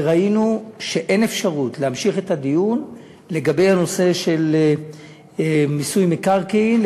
וראינו שאין אפשרות להמשיך את הדיון בנושא של מיסוי מקרקעין,